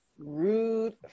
Rude